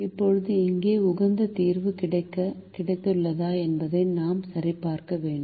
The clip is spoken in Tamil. இப்போது இங்கே உகந்த தீர்வு கிடைத்துள்ளதா என்பதை நாம் சரிபார்க்க வேண்டும்